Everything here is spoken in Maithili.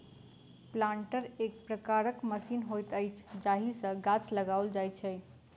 प्लांटर एक प्रकारक मशीन होइत अछि जाहि सॅ गाछ लगाओल जाइत छै